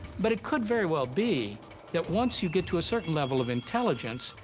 but it could very well be that once you get to a certain level of intelligence,